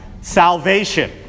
salvation